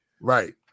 Right